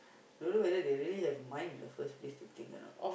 don't know whether they have mind in the first place to think or not